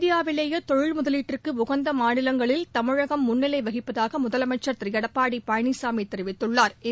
இந்தியாவிலேயே தொழில் முதலீட்டுக்கு உகந்த மாநிலங்களில் தமிழகம் முன்னிலை வகிப்பதாக முதலமைச்சா் திரு எடப்பாடி பழனிசாமி தெரிவித்துள்ளாா்